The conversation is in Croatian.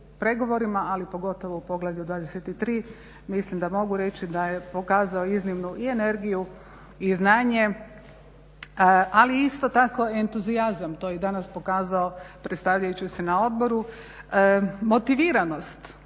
pregovorima, ali pogotovo u poglavlju XXIII mislim da mogu reći da je pokazao iznimnu i energiju i znanje, ali isto tako i entuzijazam. To je i danas pokazao predstavljajući se na odboru. Motiviranost,